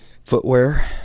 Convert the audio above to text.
footwear